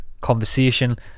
conversation